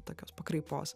tokios pakraipos